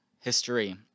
history